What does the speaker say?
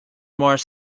more